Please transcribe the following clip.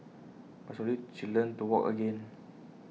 but slowly she learnt to walk again